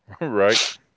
Right